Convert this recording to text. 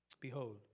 Behold